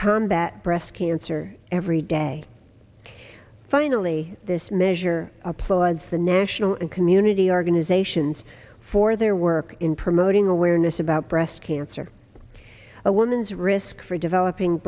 combat breast cancer every day finally this measure plods the national and community organizations for their work in promoting awareness about breast cancer a woman's risk for developing